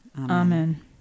Amen